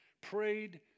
prayed